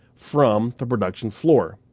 from the production floor.